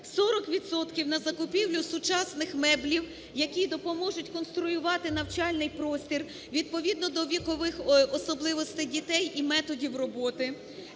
– на закупівлю сучасних меблів, які допоможуть конструювати навчальний простір відповідно до вікових особливостей дітей і методів роботи;